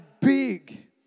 big